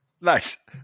nice